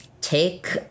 Take